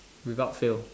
without fail